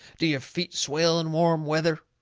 do your feet swell in warm weather?